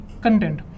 content